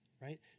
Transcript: right